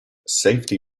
safety